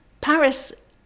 Paris